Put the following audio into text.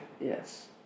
Yes